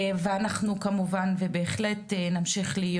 ואנחנו כמובן ובהחלט נמשיך להיות